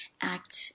Act